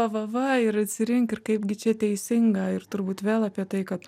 va va va ir atsirink ir kaip gi čia teisinga ir turbūt vėl apie tai kad